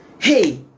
Hey